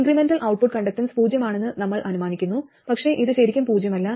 incremental output conductance പൂജ്യമാണെന്ന് നമ്മൾ അനുമാനിക്കുന്നു പക്ഷേ ഇത് ശരിക്കും പൂജ്യമല്ല